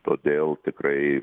todėl tikrai